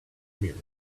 mirror